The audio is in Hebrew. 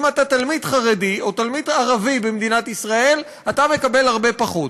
אם אתה תלמיד חרדי או תלמיד ערבי במדינת ישראל אתה מקבל הרבה פחות,